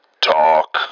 talk